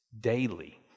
daily